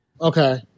okay